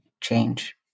change